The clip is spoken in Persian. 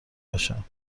بشم